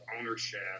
ownership